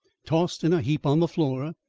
tossed in a heap on the floor,